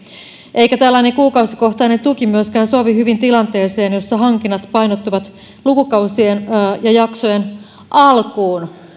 eikä tällainen kuukausikohtainen tuki myöskään sovi hyvin tilanteeseen jossa hankinnat painottuvat lukukausien ja jaksojen alkuun